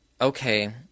okay –